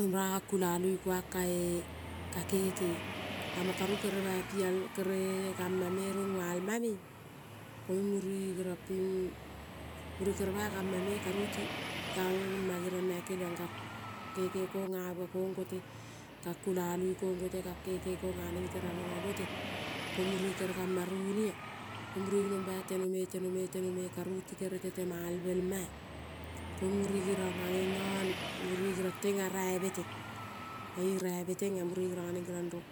Mura gang kulalui kuang kae ka kekei. Lamang kere bai pi al kere gama me rong val ma me koiung, mure geriong ping mure kere bai gama me karu ti, geriong naio keliong ka keke konga bua kong, konte kang kulalui kong kote kang keke kong ganeng gireraronga kote. Ko mure keregama ronia ko mure ginong bai tenome, tenome, tenome karu tike te temalvel ma-a ko mure geriong a ngengane, mure geriong tenga raive teng. Mae raive tengo. Mure geriong aneng geriong rong